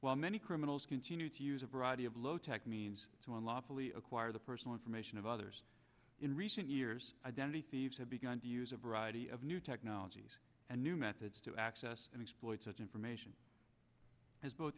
while many criminals continue to use a variety of low tech means to unlawfully acquire the personal information of others in recent years identity thieves have begun to use a variety of new technologies and new methods to access and exploit such information as both